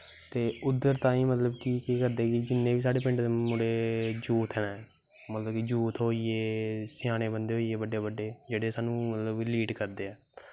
उद्दर केह् करदे ऐं कि जिन्नें बी सीढ़े पिंड दे जूथ ऐं मतलव की जूथ होईये बड्डे बड्डे बंदे होईये पिंड दे जेह्ड़े मतलव की साह्नू लीड करदे ऐं